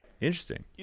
Interesting